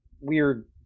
weird